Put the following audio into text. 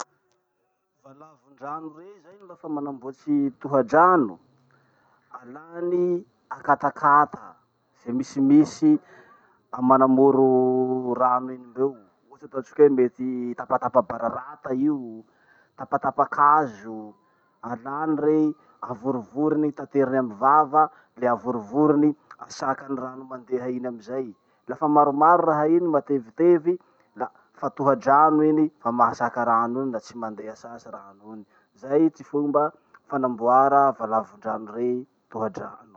Valavondrano rey zay lafa manamboatsy tohadrano: alany akatakata ze misimisy a manamoro rano iny mbeo, ohatsy ataotsika hoe mety tapatapa bararata io, tapatapakazo. Alany rey avorovorony tateriny amy vava, le avorovorony asakany rano mandeha iny amizay. Lafa maromaro raha iny matevitevy la fa tohadrano iny, fa mahasaka rano iny la tsy mandeha sasy rano iny. Zay ty fomba fanamboara valavondrano rey tohadrano.